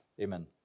amen